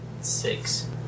Six